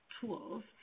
tools